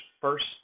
first